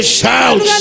shout